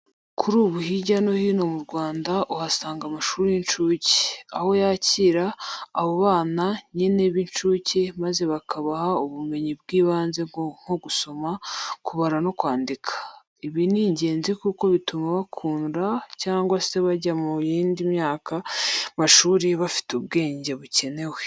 Kuri ubu hirya no hino mu Rwanda uhasanga amashuri y'incuke, aho yakira abo bana nyine b'incuke maze bakabaha ubumenyi bw'ibanze nko gusoma, kubara no kwandika. Ibi ni ingenzi kuko bituma bakura cyangwa se bajya mu yindi myaka y'amashuri bafite ubwenge bukenewe.